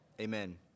amen